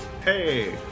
Hey